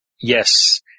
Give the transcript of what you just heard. Yes